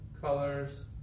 colors